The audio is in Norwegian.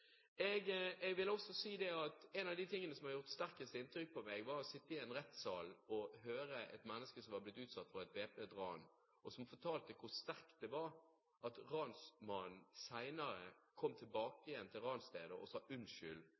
Jeg vil også si at én av de tingene som har gjort sterkest inntrykk på meg, var å sitte i en rettssal og høre på et menneske som var blitt utsatt for et væpnet ran, fortelle om hvor sterkt det var at ransmannen senere kom tilbake igjen til ransstedet og sa unnskyld